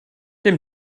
dim